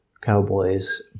cowboys